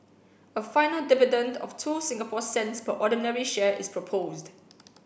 a final dividend of two Singapore cents per ordinary share is proposed